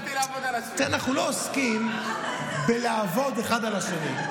אנחנו לא עוסקים בלעבוד אחד על השני.